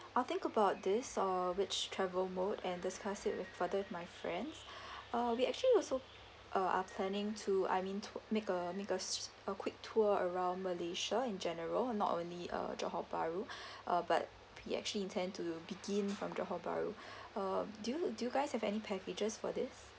I'll think about this uh which travel mode and discuss it with further my friends uh we actually also uh are planning to I mean to make a make a s~ a quick tour around malaysia in general not only uh johor bahru uh but we actually intend to begin from johor bahru uh do you do you guys have any packages for this